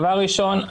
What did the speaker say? דבר ראשון,